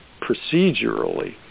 procedurally